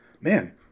man